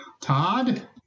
Todd